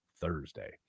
thursday